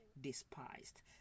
despised